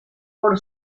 por